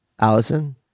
Allison